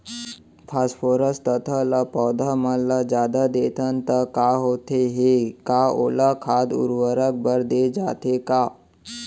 Phosphorus तथा ल पौधा मन ल जादा देथन त का होथे हे, का ओला खाद उर्वरक बर दे जाथे का?